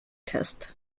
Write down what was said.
test